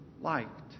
liked